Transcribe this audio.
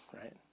right